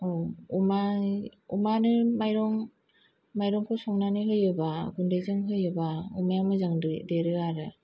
औ अमानो माइरं माइरंफोर संनानै होयोबा गुन्दैजों होयोबा अमाया मोजां देरो आरो